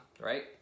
right